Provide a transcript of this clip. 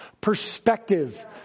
perspective